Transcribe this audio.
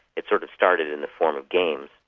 it's sort of starting in the form of games,